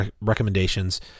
recommendations